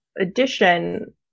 addition